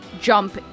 jump